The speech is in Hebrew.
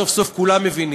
סוף-סוף כולם מבינים,